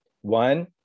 One